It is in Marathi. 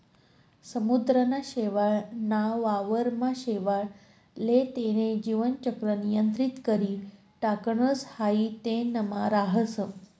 समुद्रना शेवाळ ना वावर मा शेवाळ ले तेन जीवन चक्र नियंत्रित करी टाकणस हाई तेनमा राहस